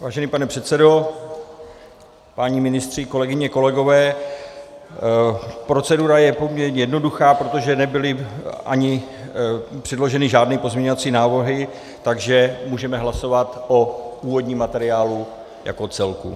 Vážený pane předsedo, páni ministři, kolegyně, kolegové, procedura je poměrně jednoduchá, protože nebyly předloženy žádné pozměňovací návrhy, takže můžeme hlasovat o původním materiálu jako celku.